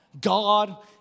God